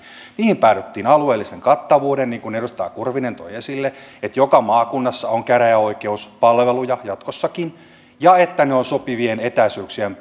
näihin päädyttiin alueellisen kattavuuden kannalta niin kuin edustaja kurvinen toi esille että joka maakunnassa on käräjäoikeuspalveluja jatkossakin ja että ne ovat sopivien etäisyyksien